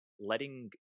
letting